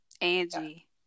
Angie